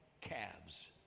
calves